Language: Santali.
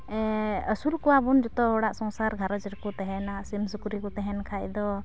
ᱟᱹᱥᱩᱞ ᱠᱚᱣᱟᱵᱚᱱ ᱡᱚᱛᱚ ᱦᱚᱲᱟᱜ ᱥᱚᱝᱥᱟᱨ ᱜᱷᱟᱨᱚᱸᱡᱽ ᱨᱮᱠᱚ ᱛᱮᱦᱮᱱᱟ ᱥᱩᱢ ᱥᱩᱠᱨᱤ ᱠᱚ ᱛᱮᱦᱮᱱ ᱠᱷᱟᱱᱫᱚ